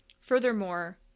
Furthermore